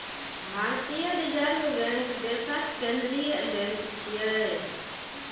भारतीय reserve bank देशक केंद्रीय बैंक छियै